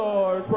Lord